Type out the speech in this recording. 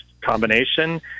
combination